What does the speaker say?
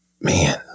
man